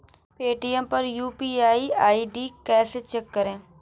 Paytm पर UPI ID कैसे check करें?